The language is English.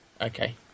Okay